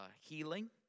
healing